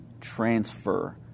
transfer